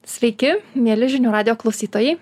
sveiki mieli žinių radijo klausytojai